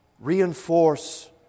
Reinforce